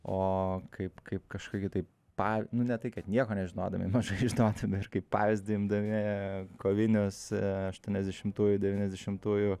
o kaip kaip kažkoki tai pa nu ne tai kad nieko nežinodami mažai žinodami ir kaip pavyzdį imdami kovinius aštuoniasdešimtųjų devyniasdešimtųjų